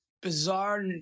bizarre